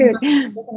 good